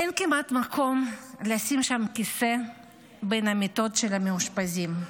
אין כמעט מקום לשים שם כיסא בין המיטות של המאושפזים.